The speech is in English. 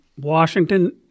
Washington